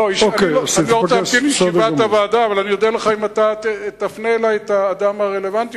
אודה לך אם תפנה אלי את האדם הרלוונטי.